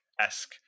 esque